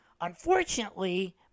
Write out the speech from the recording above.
Unfortunately